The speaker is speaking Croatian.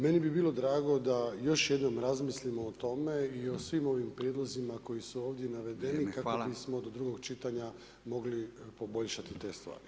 Meni bi bilo drago da još jednom razmislimo o tome i o svim ovim prijedlozima koji su ovdje navedeni kako bismo do drugog čitanja mogli poboljšati te stvari.